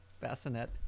bassinet